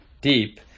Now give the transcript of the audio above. deep